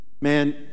man